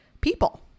people